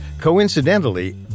Coincidentally